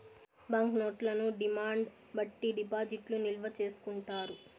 bank నోట్లను demand బట్టి డిపాజిట్లు నిల్వ చేసుకుంటారు